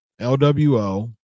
LWO